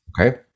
Okay